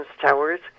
Towers